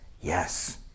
Yes